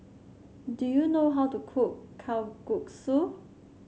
do you know how to cook Kalguksu